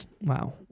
Wow